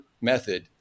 method